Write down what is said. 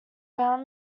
found